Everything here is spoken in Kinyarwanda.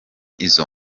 izo